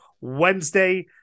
Wednesday